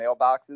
mailboxes